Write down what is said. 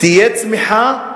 תהיה צמיחה,